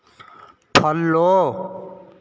follow